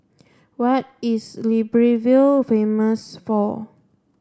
what is Libreville famous for